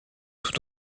tout